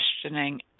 questioning